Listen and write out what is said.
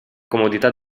comodità